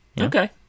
Okay